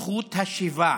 זכות השיבה,